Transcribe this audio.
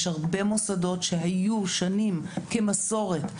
יש הרבה מוסדות שהיו במשך שנים מוציאים את המסע כמסורת.